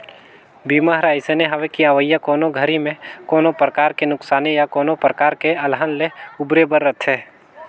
बीमा हर अइसने हवे कि अवइया कोनो घरी मे कोनो परकार के नुकसानी या कोनो परकार के अलहन ले उबरे बर रथे